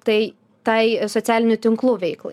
tai tai socialinių tinklų veiklai